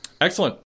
Excellent